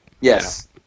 Yes